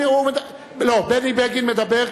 בני בגין מדבר,